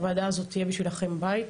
הוועדה הזו תהיה בשבילכם בית